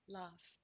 love